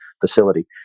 facility